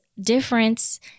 difference